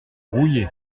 rouillés